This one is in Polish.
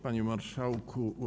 Panie Marszałku!